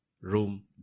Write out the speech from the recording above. room